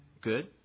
Good